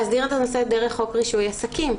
להסדיר את הנושא דרך חוק רישוי עסקים,